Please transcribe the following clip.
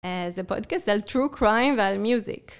זה פודקאסט על True Crime ועל Music.